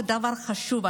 זה דבר חשוב,